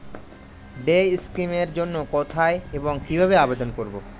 Day scheme এর জন্য কোথায় এবং কিভাবে আবেদন করব?